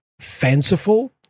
fanciful